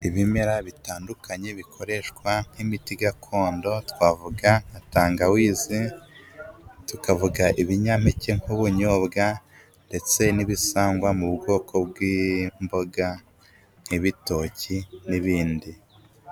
Ibimera bitandukanye bikoreshwa nk'imiti gakondo, twavuga nka tangawizi tukavuga ibinyampeke nk'ubunyobwa ndetse n'ibisangwa mu bwoko bw'imboga, nk'ibitoki n'ibindi.